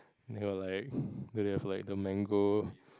they got like they have like the mango